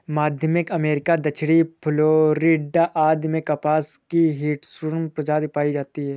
मध्य America, दक्षिणी Florida आदि में कपास की हिर्सुटम प्रजाति पाई जाती है